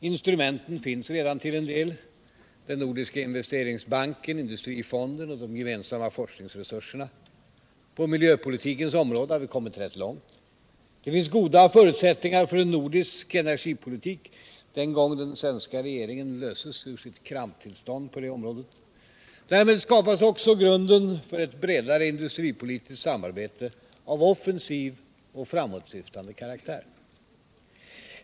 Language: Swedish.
Instrumenten finns redan till en del: den nordiska investeringsbanken, industrifonden och de gemensamma forskningsresurserna. På miljöpolitikens område har vi kommit långt. Det finns goda förutsättningar för en nordisk energipolitik, den gång den svenska regeringen löses ur sitt kramptillstånd på detta område. Därmed skapas också grunden för ett bredare industripolitiskt samarbete av offensiv och framåtsyftande karaktär.